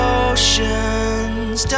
ocean's